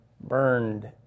burned